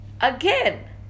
Again